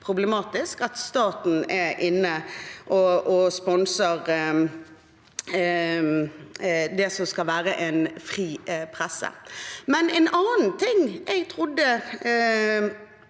problematisk at staten er inne og sponser det som skal være en fri presse. En annen ting jeg trodde